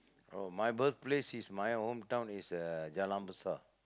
oh my birthplace is my hometown is uh Jalan-Besar